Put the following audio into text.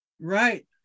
Right